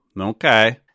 okay